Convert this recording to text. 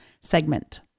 segment